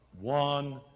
one